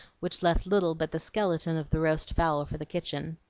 which left little but the skeleton of the roast fowl for the kitchen.